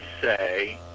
say